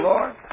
Lord